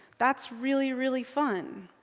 that's really, really fun.